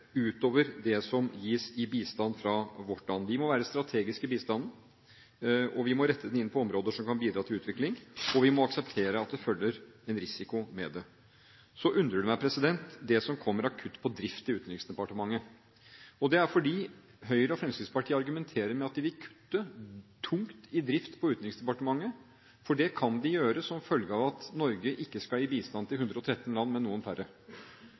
utover det som gis i bistand fra vårt land. Vi må være strategiske i bistanden, og vi må rette den inn mot områder som kan bidra til utvikling, og vi må akseptere at det følger en risiko med det. Så undrer det meg det som kommer av kutt på drift i Utenriksdepartementet. Høyre og Fremskrittspartiet argumenterer med at de vil kutte tungt på drift i Utenriksdepartementet, for det kan de gjøre som følge av at Norge ikke skal gi bistand til 113 land, men til noen færre.